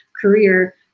career